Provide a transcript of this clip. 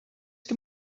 can